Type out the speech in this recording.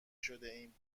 شدهایم